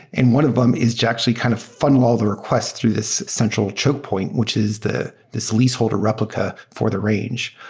and one of them is to actually kind of funnel all the request through this central chokepoint, which is this leaseholder replica for the range.